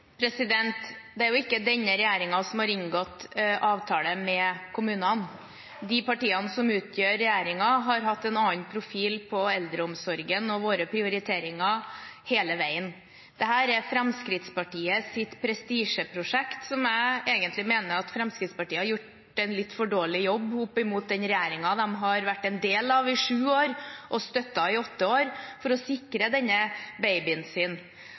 Det er ikke denne regjeringen som har inngått avtale med kommunene. De partiene som utgjør regjeringen, har hatt en annen profil på eldreomsorgen og våre prioriteringer hele veien. Dette er Fremskrittspartiets prestisjeprosjekt, og jeg mener egentlig at Fremskrittspartiet har gjort en litt for dårlig jobb opp mot den regjeringen de har vært en del av i sju år, og støttet i åtte år, for å sikre denne babyen sin.